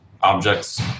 objects